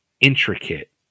intricate